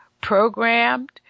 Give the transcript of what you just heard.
programmed